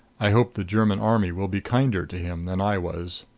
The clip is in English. i hope the german army will be kinder to him than i was!